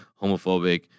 homophobic